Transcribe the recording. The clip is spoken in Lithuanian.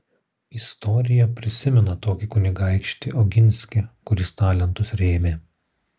istorija prisimena tokį kunigaikštį oginskį kuris talentus rėmė